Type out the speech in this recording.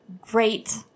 great